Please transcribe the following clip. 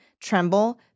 tremble